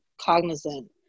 cognizant